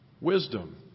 Wisdom